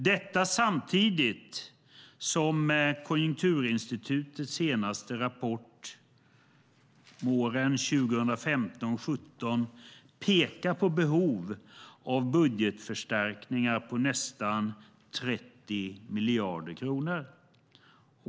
Detta sker samtidigt som Konjunkturinstitutets senaste rapport för våren 2015-2017 pekar på behov av budgetförstärkningar på nästan 30 miljarder kronor.